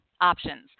options